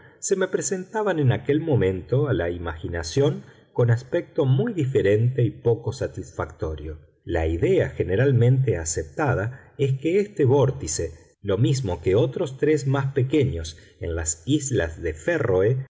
se me presentaban en aquel momento a la imaginación con aspecto muy diferente y poco satisfactorio la idea generalmente aceptada es que este vórtice lo mismo que otros tres más pequeños en las islas de férroe no